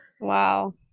wow